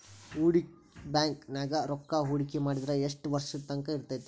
ಹೂಡಿ ಬ್ಯಾಂಕ್ ನ್ಯಾಗ್ ರೂಕ್ಕಾಹೂಡ್ಕಿ ಮಾಡಿದ್ರ ಯೆಷ್ಟ್ ವರ್ಷದ ತಂಕಾ ಇರ್ತೇತಿ?